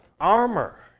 Armor